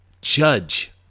judge